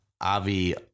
Avi